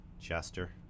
Chester